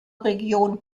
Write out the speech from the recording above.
region